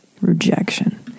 Rejection